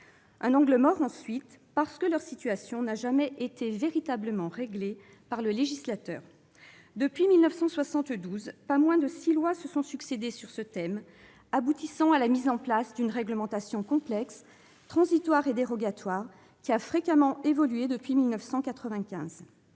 Un angle mort, ensuite, parce que leur situation n'a jamais été véritablement réglée par le législateur. Depuis 1972, pas moins de six lois se sont succédé sur ce thème, aboutissant à la mise en place d'une réglementation complexe, transitoire et dérogatoire, qui a fréquemment évolué depuis 1995.